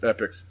Epic